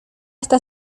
esta